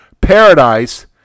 paradise